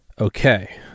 okay